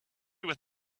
with